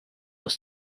was